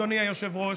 אדוני היושב-ראש,